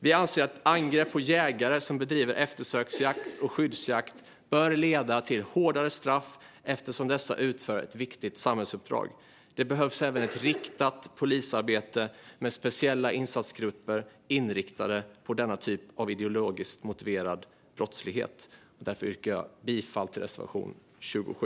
Vi anser att angrepp på jägare som bedriver eftersöksjakt och skyddsjakt bör leda till hårdare straff eftersom dessa jägare utför ett viktigt samhällsuppdrag. Det behövs även ett riktat polisarbete med speciella insatsgrupper inriktade på denna typ av ideologiskt motiverad brottslighet. Därför yrkar jag alltså bifall till reservation 27.